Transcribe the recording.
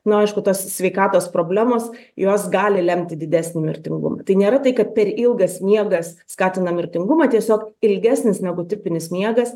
na aišku tos sveikatos problemos jos gali lemti didesnį mirtingumą tai nėra tai kad per ilgas miegas skatina mirtingumą tiesiog ilgesnis negu tipinis miegas